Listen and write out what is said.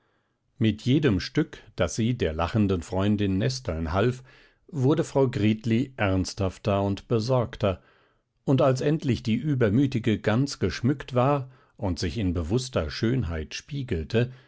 mit jedem stück das sie der lachenden freundin nesteln half wurde frau gritli ernsthafter und besorgter und als endlich die übermütige ganz geschmückt war und sich in bewußter schönheit spiegelte